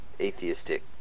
atheistic